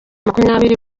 makumyabiri